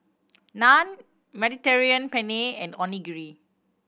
Naan Mediterranean Penne and Onigiri